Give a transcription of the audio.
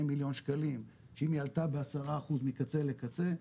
על אותה דירה של שני מיליון שקלים שאם היא עלתה בעשרה אחוז מקצה לקצה,